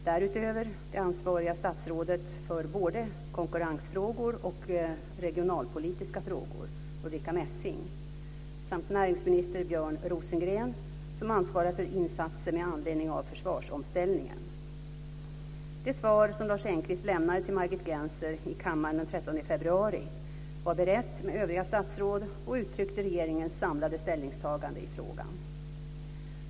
Därutöver berörs det ansvariga statsrådet för både konkurrensfrågor och regionalpolitiska frågor, Ulrica Messing, samt näringsminister Björn Rosengren, som ansvarar för insatser med anledning av försvarsomställningen. Det svar som Lars Engqvist lämnade till Margit Gennser i kammaren den 13 februari var berett med övriga statsråd och uttryckte regeringens samlade ställningstagande i frågan.